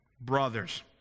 brothers